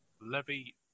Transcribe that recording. Levy